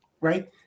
right